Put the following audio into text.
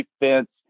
defense